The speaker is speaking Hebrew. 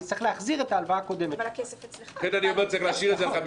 (4) לעניין הלוואות שניתנו לסיעות בתקופת כהונתה